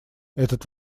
этот